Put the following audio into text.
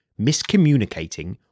miscommunicating